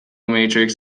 matrix